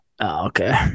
Okay